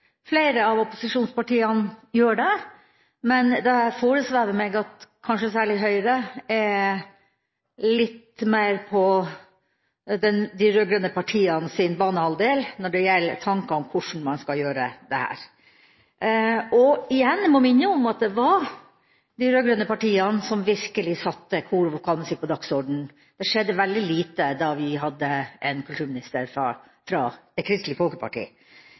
flere av opposisjonspartiene gjør det, men det foresvever meg at kanskje særlig Høyre er litt mer på de rød-grønne partienes banehalvdel når det gjelder tanker om hvordan man skal gjøre dette. Jeg må igjen minne om at det var de rød-grønne partiene som virkelig satte kor- og vokalmusikk på dagsordenen. Det skjedde veldig lite da vi hadde en kulturminister fra Kristelig Folkeparti